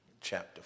chapter